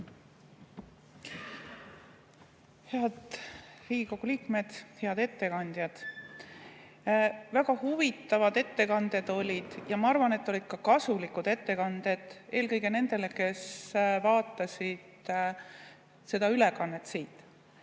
Head Riigikogu liikmed! Head ettekandjad! Väga huvitavad ettekanded olid ja ma arvan, et olid ka kasulikud ettekanded, eelkõige nendele, kes vaatasid siit seda ülekannet.